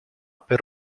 per